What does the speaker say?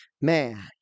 man